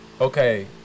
okay